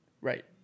Right